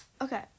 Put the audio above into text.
okay